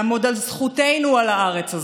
לעמוד על זכותנו על הארץ הזאת,